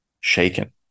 shaken